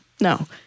no